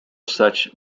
such